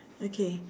okay